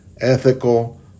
ethical